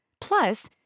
Plus